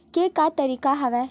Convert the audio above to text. के का तरीका हवय?